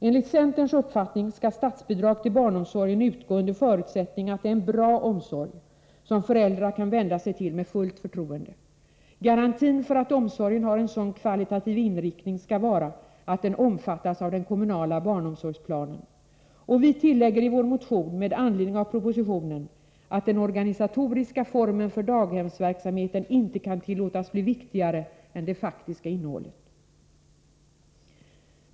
Enligt centerns uppfattning skall statsbidrag till barnomsorgen utgå under förutsättning att det är en bra omsorg som föräldrarna kan vända sig till med fullt förtroende. Garantin för att omsorgen har en sådan kvalitativ inriktning skall vara att den omfattas av den kommunala barnomsorgsplanen. Vi tillägger i vår motion med anledning av propositionen att den organisatoriska formen för daghemsverksamhet inte kan tillåtas bli viktigare än det faktiska innehållet.